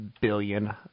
billion